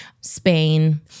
Spain